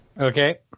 Okay